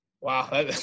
Wow